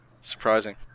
Surprising